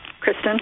Kristen